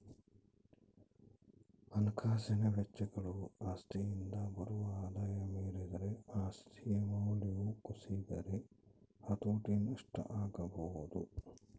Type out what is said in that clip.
ಹಣಕಾಸಿನ ವೆಚ್ಚಗಳು ಆಸ್ತಿಯಿಂದ ಬರುವ ಆದಾಯ ಮೀರಿದರೆ ಆಸ್ತಿಯ ಮೌಲ್ಯವು ಕುಸಿದರೆ ಹತೋಟಿ ನಷ್ಟ ಆಗಬೊದು